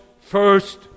first